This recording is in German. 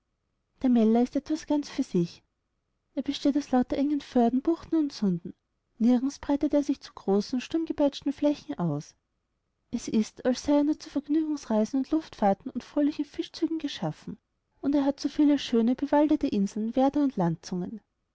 der mälar ist etwas ganz für sich er besteht aus lauter engen föhrden buchten und sunden nirgends breitet er sich zu großen sturmgepeitschten flächen aus es ist als sei er nur zu vergnügungsreisen und lustfahrten und fröhlichen fischzügen geschaffen und er hat so viele schöne bewaldete inseln werder und landzungen